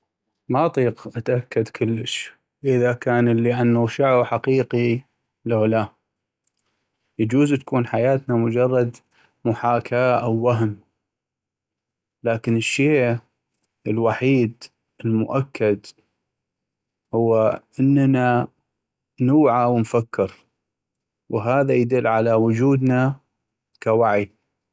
ما اطيق اتأكد كلش اذا كان اللي عنغشعو حقيقي لو لا، يجوز تكون حياتنا مجرد محاكاة أو وهم ، لكن الشيء الوحيد المؤكد هو أننا نوعى ونفكر، وهذا يدل على وجودنا كوعي.